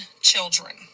children